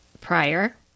prior